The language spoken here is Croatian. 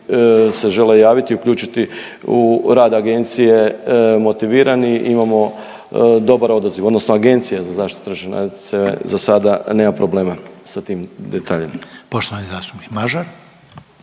se žele javiti, uključiti u rad agencije motivirani. Imamo dobar odaziv odnosno Agencija za zaštitu tržišnog natjecanja za sada nema problema sa tim detaljem.